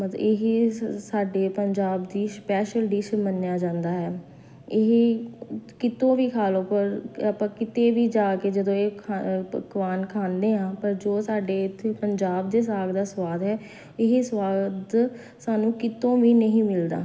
ਬਸ ਇਹੀ ਸ ਸਾਡੇ ਪੰਜਾਬ ਦੀ ਸ਼ਪੈਸ਼ਲ ਡਿਸ਼ ਮੰਨਿਆ ਜਾਂਦਾ ਹੈ ਇਹ ਕਿਤੋਂ ਵੀ ਖਾ ਲਓ ਪਰ ਆਪਾਂ ਕਿਤੇ ਵੀ ਜਾ ਕੇ ਜਦੋਂ ਇਹ ਖਾ ਪਕਵਾਨ ਖਾਂਦੇ ਹਾਂ ਪਰ ਜੋ ਸਾਡੇ ਇੱਥੇ ਪੰਜਾਬ ਦੇ ਸਾਗ ਦਾ ਸਵਾਦ ਹੈ ਇਹ ਸਵਾਦ ਸਾਨੂੰ ਕਿਤੋਂ ਵੀ ਨਹੀਂ ਮਿਲਦਾ